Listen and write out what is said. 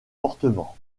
fortement